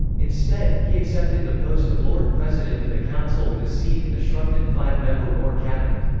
instead, he accepted the post of lord president of the council with a seat in the shrunken five-member war cabinet.